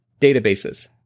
databases